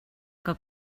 que